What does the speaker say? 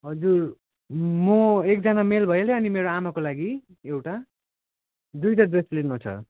हजुर म एकजना मेल भइहाल्यो अनि मेरो आमाको लागि एउटा दुईवटा ड्रेस लिनु छ